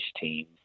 team